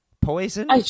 Poison